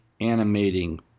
animating